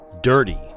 Dirty